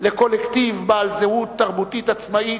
לקולקטיב בעל זהות תרבותית עצמאית,